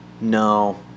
No